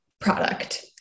product